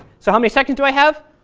so how many sections do i have?